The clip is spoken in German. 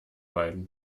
beiden